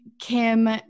Kim